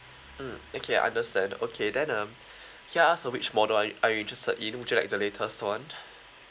mm okay I understand okay then um can I ask uh which model are you are you interested in would you like the latest one